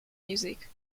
music